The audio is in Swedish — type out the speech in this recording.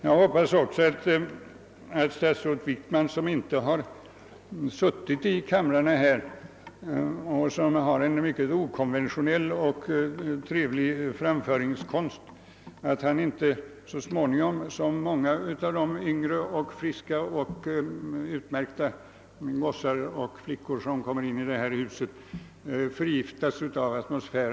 Jag hoppas också att statsrådet Wickman, som inte har varit ledamot av någon av kamrarna och som har en mycket okonventionell och trevlig framställningskonst, inte så småningom liksom så många andra unga och friska krafter, manliga och kvinnliga, som kommer in i detta hus, skall förgiftas av dess atmosfär.